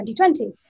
2020